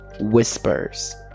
whispers